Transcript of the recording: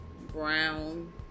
brown